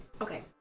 Okay